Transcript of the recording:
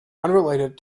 unrelated